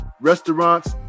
restaurants